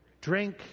drink